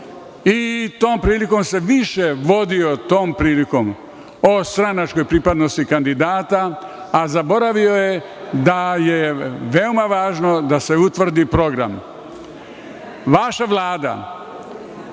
i tom prilikom se više vodio tom prilikom o stranačkoj pripadnosti kandidata, a zaboravio je da je veoma važno da se utvrdi program. Vaša Vlada